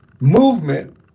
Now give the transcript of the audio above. movement